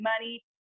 money